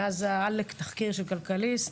מאז ה-עאלק תחקיר של כלכליסט.